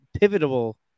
pivotal